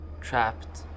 trapped